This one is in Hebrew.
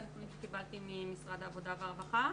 זה מה שקיבלתי ממשרד העבודה והרווחה,